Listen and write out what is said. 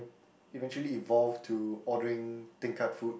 eventually evolved to ordering tingkat food